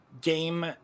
game